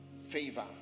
favor